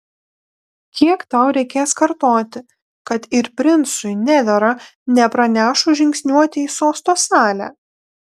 kiek tau reikės kartoti kad ir princui nedera nepranešus žingsniuoti į sosto salę